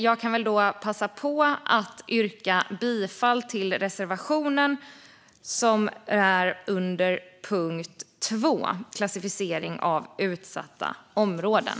Jag kan passa på att yrka bifall till reservationen under punkt 2 Klassificering av utsatta områden.